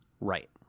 Right